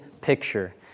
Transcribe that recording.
picture